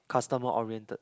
customer oriented